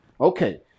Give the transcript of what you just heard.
Okay